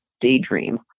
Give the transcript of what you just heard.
daydream